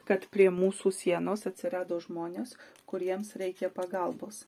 kad prie mūsų sienos atsirado žmonės kuriems reikia pagalbos